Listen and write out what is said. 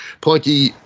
plunky